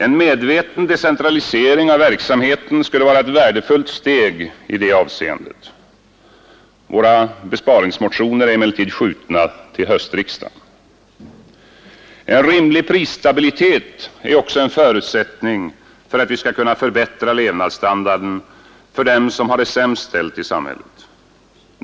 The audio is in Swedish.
En medveten decentralisering av verksamheten skulle vara ett värdefullt steg i det avseendet. Våra besparingsmotioner är emellertid skjutna till höstriksdagen. En rimlig prisstabilitet är också en förutsättning för att vi skall kunna förbättra levnadsstandarden för dem som har det sämst ställt i samhället.